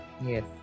Yes